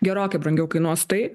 gerokai brangiau kainuos tai